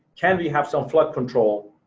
can we have some flood control